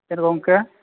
ᱪᱮᱫ ᱜᱚᱢᱠᱮ